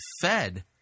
fed